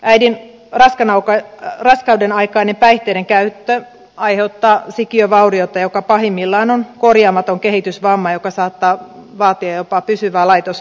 äidin raskaudenaikainen päihteiden käyttö aiheuttaa sikiövaurioita jollainen pahimmillaan on korjaamaton kehitysvamma joka saattaa vaatia jopa pysyvää laitoshoitoa